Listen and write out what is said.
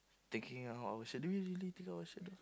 thinking how should we really take out our shirt though